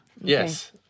Yes